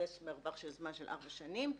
אז יש מרווח של זמן של ארבע שנים,